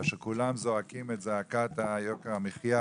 כאשר כולם זועקים את זעקת יוקר המחיה